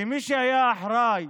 כי מי שהיה אחראי